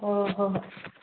ꯍꯣꯍꯣꯏ ꯍꯣꯍꯣꯏ